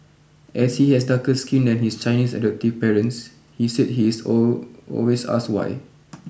as he has darker skin than his Chinese adoptive parents he said he is always asked why